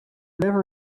never